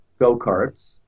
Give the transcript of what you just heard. go-karts